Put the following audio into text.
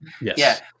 Yes